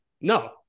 No